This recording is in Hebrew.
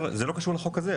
זה לא קשור לחוק הזה,